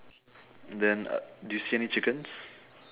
and then uh do you see any chickens